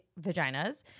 vaginas